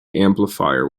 amplifier